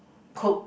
cook